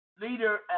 leader